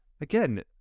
Again